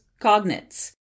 cognates